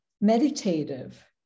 meditative